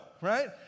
right